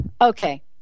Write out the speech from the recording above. Okay